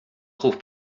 trouve